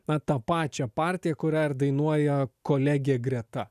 na tą pačią partiją kurią ir dainuoja kolegė greta